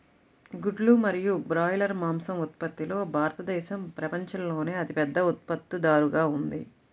గుడ్లు మరియు బ్రాయిలర్ మాంసం ఉత్పత్తిలో భారతదేశం ప్రపంచంలోనే అతిపెద్ద ఉత్పత్తిదారుగా ఉంది